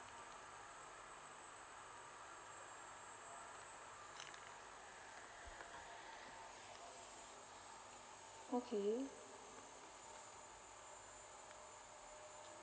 okay